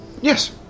Yes